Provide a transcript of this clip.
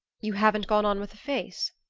you haven't gone on with the face?